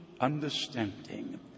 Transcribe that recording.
understanding